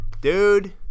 Dude